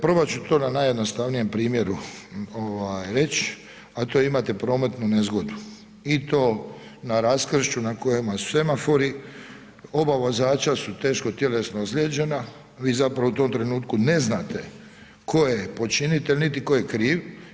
Probati ću to na najjednostavnijem primjeru reći a to je imate prometnu nezgodu i to na raskršću na kojima su semafori, oba vozača su teško tjelesno ozlijeđena, vi zapravo u tom trenutku ne znate tko je počinitelj niti tko je kriv.